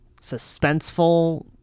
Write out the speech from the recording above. suspenseful